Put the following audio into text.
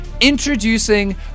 Introducing